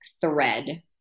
thread